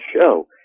show